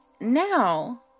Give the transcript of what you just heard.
now